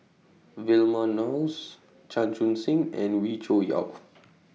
Vilma Laus Chan Chun Sing and Wee Cho Yaw